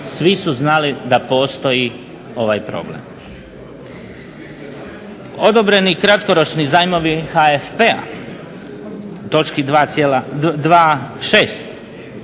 Svi su znali da postoji ovaj problem. Odobreni kratkoročni zajmovi HFP-a točki 2.26